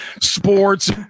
sports